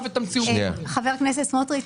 חבר הכנסת סמוטריץ',